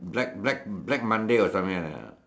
black black black Monday or something like that ah